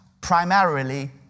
primarily